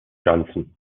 johnston